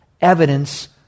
evidence